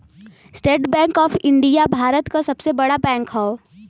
estate Bank of India Bharat क सबसे बड़ा बैंक हौ